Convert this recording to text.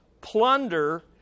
plunder